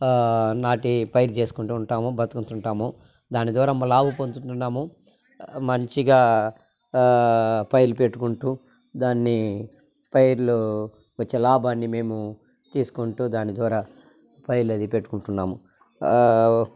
నాటి పైరు చేసుకుంటూ ఉంటాము బతుకుతుంటాము దాని ద్వారా లాభం పొందుతున్నాము మంచిగా పైర్లు పెట్టుకుంటూ దాన్ని పైర్లు వచ్చే లాభాన్ని మేము తీసుకుంటూ దాని ద్వారా పైర్లు అది పెట్టుకుంటున్నాము